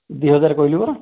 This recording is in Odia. ଦୁଇ ହଜାର କହିଲି ପରା